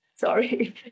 Sorry